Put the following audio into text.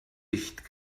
dicht